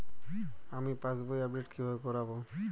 আমি পাসবই আপডেট কিভাবে করাব?